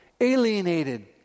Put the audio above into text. Alienated